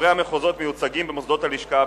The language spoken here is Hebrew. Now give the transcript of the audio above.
חברי המחוזות מיוצגים במוסדות הלשכה,